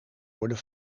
worden